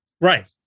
Right